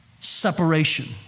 separation